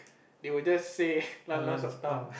they will just say lanlan suck thumb